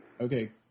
Okay